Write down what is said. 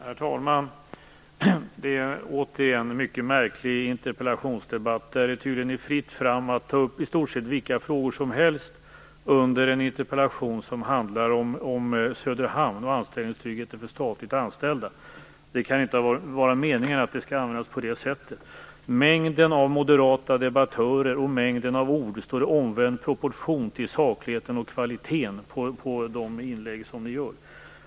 Herr talman! Det är återigen en mycket märklig interpellationsdebatt där det tydligen är fritt fram att ta upp i stort sett vilka frågor som helst under en interpellation som handlar om Söderhamn och anställningstryggheten för statligt anställda. Det kan inte vara meningen att den skall användas på det sättet. Mängden av moderata debattörer och mängden av ord står i omvänd proportion till sakligheten och kvaliteten på de inlägg ni gör.